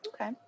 okay